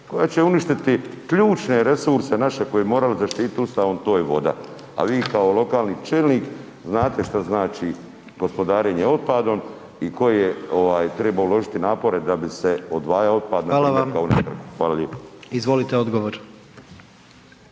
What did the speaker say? koja će uništiti ključne resurse naše koje bi morali zaštiti ustavom to je voda, a vi kao lokalni čelnik znate šta znači gospodarenje otpadom i koje ovaj treba uložiti napore da bi se odvajao otpad …/Upadica: Hvala vam/… npr. kao na Krku.